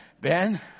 Ben